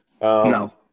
No